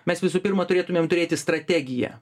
mes visų pirma turėtumėm turėti strategiją